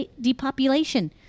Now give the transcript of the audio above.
depopulation